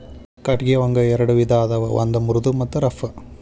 ಕಟಗಿ ಒಂಗ ಎರೆಡ ವಿಧಾ ಅದಾವ ಒಂದ ಮೃದು ಮತ್ತ ರಫ್